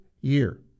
year